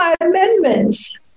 amendments